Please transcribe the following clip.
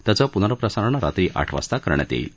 त्याचं पुनःप्रसारण रात्री आठ वाजता करण्यात येईल